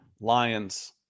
Lions